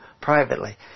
privately